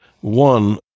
one